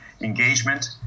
engagement